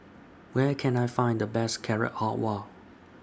Where Can I Find The Best Carrot Halwa